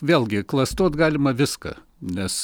vėlgi klastot galima viską nes